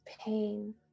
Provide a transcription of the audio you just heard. pain